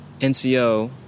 nco